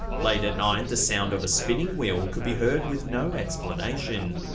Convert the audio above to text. late at night, the sound of a spinning wheel could be heard with no explanation.